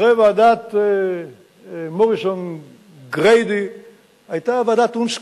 אחרי ועדת מוריסון-גריידי היתה ועדת-אונסקו"פ,